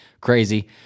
Crazy